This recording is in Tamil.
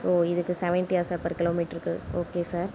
ஓ இதுக்கு செவன்டியா சார் பர் கிலோ மீட்டருக்கு ஓகே சார்